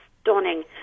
stunning